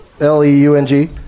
L-E-U-N-G